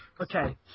Okay